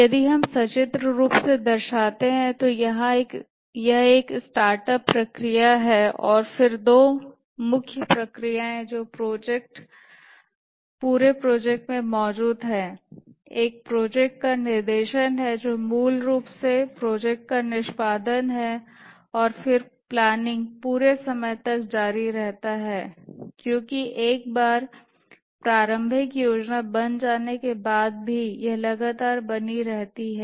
यदि हम सचित्र रूप से दर्शाते हैं तो यहां एक स्टार्ट अप प्रक्रियाएँ हैं और फिर 2 मुख्य प्रक्रियाएँ जो पूरे प्रोजेक्ट में मौजूद हैं एक प्रोजेक्ट का निर्देशन है जो मूल रूप से प्रोजेक्ट का निष्पादन है और फिर प्लानिंग पूरे समय तक जारी रहती है क्योंकि एक बार प्रारंभिक योजना बन जाने के बाद भी यह लगातार बनी रहती है